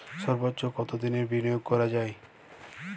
সর্বোচ্চ কতোদিনের বিনিয়োগ করা যায়?